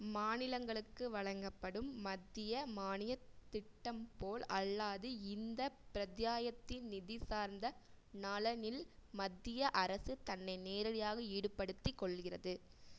மாநிலங்களுக்கு வழங்கப்படும் மத்திய மானியத் திட்டம் போல் அல்லாது இந்தப் பிரத்தியாயத்தின் நிதி சார்ந்த நலனில் மத்திய அரசு தன்னை நேரடியாக ஈடுப்படுத்திக்கொள்கிறது